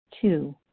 Two